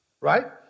Right